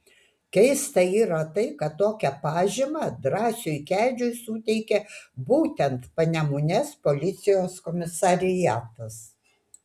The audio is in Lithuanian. keista yra tai kad tokią pažymą drąsiui kedžiui suteikė būtent panemunės policijos komisariatas